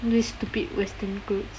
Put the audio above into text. these stupid western clothes